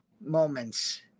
moments